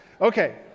Okay